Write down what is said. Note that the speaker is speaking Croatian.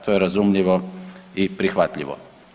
To je razumljivo i prihvatljivo.